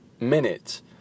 Minute